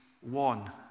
one